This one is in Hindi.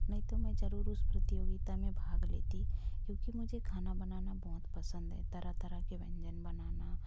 नहीं तो मैं ज़रूर उस प्रतियोगिता में भाग लेती क्योंकि मुझे खाना बनाना बहुत पसंद है तरह तरह के व्यंजन बनाना